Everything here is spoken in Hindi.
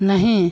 नहीं